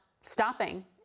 stopping